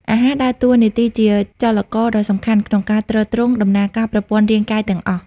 អាហារដើរតួនាទីជាចលករដ៏សំខាន់ក្នុងការ ទ្រទ្រង់ដំណើរការប្រព័ន្ធរាងកាយ ទាំងអស់។